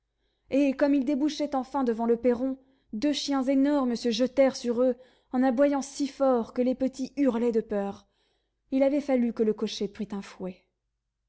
et comme ils débouchaient enfin devant le perron deux chiens énormes se jetèrent sur eux en aboyant si fort que les petits hurlaient de peur il avait fallu que le cocher prît un fouet